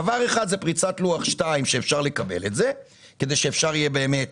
דבר אחד הוא פריצת לוח 2 שאפשר לקבל את זה כדי שאפשר יהיה באמת